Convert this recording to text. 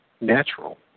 natural